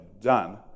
done